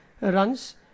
runs